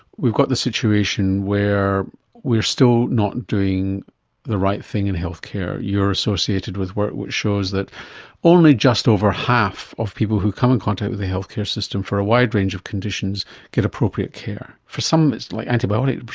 we've got the situation where we are still not doing the right thing in healthcare. you are associated with work which shows that only just over half of people who come in contact with the healthcare system for a wide range of conditions get appropriate care. for some of it, like antibiotics,